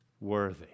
worthy